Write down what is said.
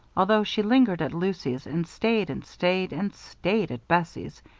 although she lingered at lucy's and stayed and stayed and stayed at bessie's,